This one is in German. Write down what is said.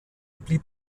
blieb